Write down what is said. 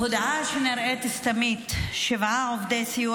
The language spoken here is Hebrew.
הודעה שנראית סתמית: שבעה עובדי סיוע